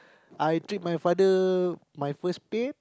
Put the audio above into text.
I treat my father my first paid